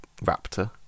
raptor